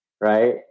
right